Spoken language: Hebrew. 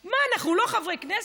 מה, אנחנו לא חברי כנסת?